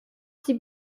sie